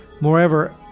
Moreover